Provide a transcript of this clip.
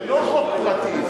לא חוק פרטי,